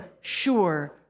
sure